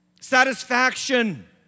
satisfaction